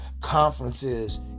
conferences